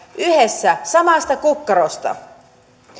elämme yhdessä samasta kukkarosta